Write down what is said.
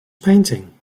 painting